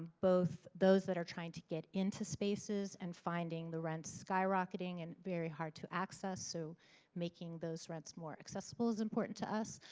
both those that are trying to get into spaces and finding the rents skyrocketing and very hard to access. so making those rents more access ible is important to us.